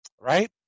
right